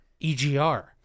EGR